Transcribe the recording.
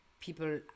people